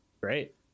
Great